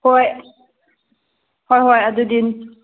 ꯍꯣꯏ ꯍꯣꯏ ꯍꯣꯏ ꯑꯗꯨꯗꯤ